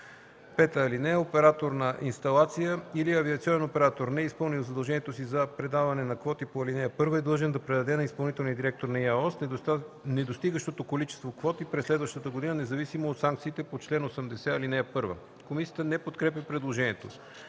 недра. (5) Оператор на инсталация или авиационен оператор, не изпълнил задължението си за предаване на квоти по ал. 1, е длъжен да предаде на изпълнителния директор на ИАОС недостигащото количество квоти през следващата година независимо от санкциите по чл. 80, ал. 1.” Комисията не подкрепя предложението.